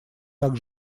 так